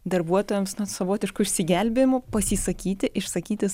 darbuotojams na savotišku išsigelbėjimu pasisakyti išsakyti